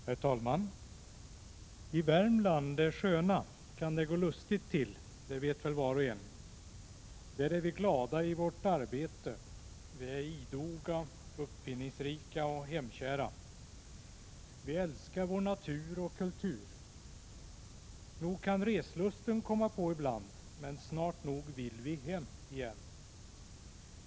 Herr talman! I Värmland det sköna kan det gå lustigt till, det vet väl var och en. Där är vi glada i vårt arbete. Vi är idoga, uppfinningsrika och hemkära. Vi älskar vår natur och kultur. Nog kan reslusten komma på ibland, men snart nog vill vi hem igen.